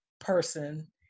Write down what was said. person